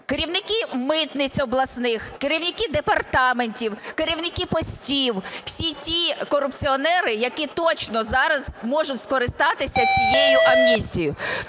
керівники митниць обласних, керівники департаментів, керівники постів, всі ті корупціонери, які точно зараз можуть скористатися цією амністією.